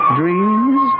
dreams